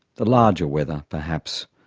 the larger weather perhaps,